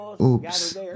Oops